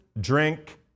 drink